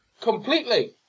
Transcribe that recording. Completely